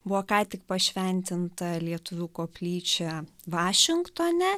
buvo ką tik pašventinta lietuvių koplyčia vašingtone